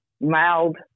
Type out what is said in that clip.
mild